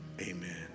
amen